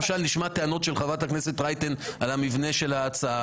עכשיו למשל נשמע טענות של חברת הכנסת רייטן על המבנה של ההצעה.